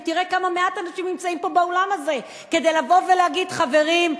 ותראה כמה מעט אנשים נמצאים פה באולם הזה כדי לבוא ולהגיד: חברים,